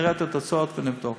נראה את התוצאות ונבדוק.